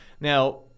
Now